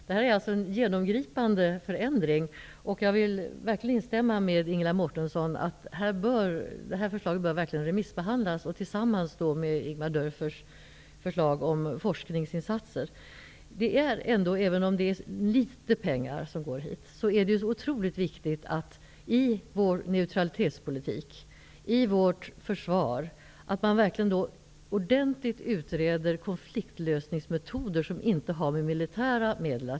Det är fråga om en genomgripande förändring, och jag instämmer med Ingela Mårtensson att detta förslag bör remissbehandlas tillsammans med Ingemar Även om det är en liten summa pengar som går till detta, är det otroligt viktigt att i vår neutralitetspolitik och i vårt försvar ordentligt utreda konfliktlösningsmetoder som inte använder militära medel.